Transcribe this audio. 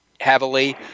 heavily